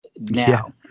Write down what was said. now